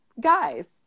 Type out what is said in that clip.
guys